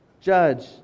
judge